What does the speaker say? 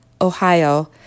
Ohio